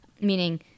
Meaning